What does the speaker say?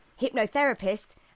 hypnotherapist